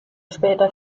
später